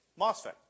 MOSFET